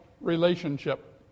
relationship